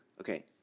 okay